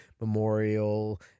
memorial